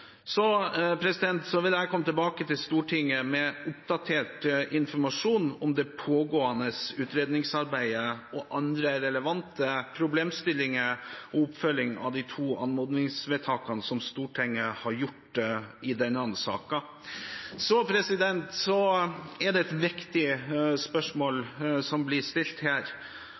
vil komme tilbake til Stortinget med oppdatert informasjon om det pågående utredningsarbeidet, andre relevante problemstillinger og oppfølging av de to anmodningsvedtakene som Stortinget har fattet i denne saken. Det er et viktig spørsmål som blir stilt her.